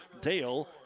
Dale